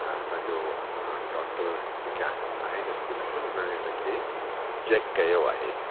ऐं असांजो डॉक्टर जेके आहिनि स्कूल में हुन हिन खे चैक कयो आहे